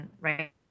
right